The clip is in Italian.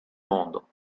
mondo